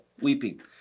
weeping